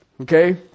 Okay